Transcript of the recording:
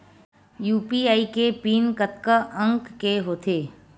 UPI के PIN कतका अंक के होथे?